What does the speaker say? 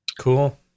Cool